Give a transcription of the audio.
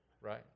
Right